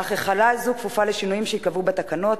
אך החלה זו כפופה לשינויים שייקבעו בתקנות,